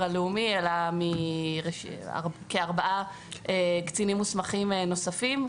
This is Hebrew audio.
הלאומי אלא מכארבעה קצינים מוסמכים נוספים.